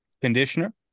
conditioner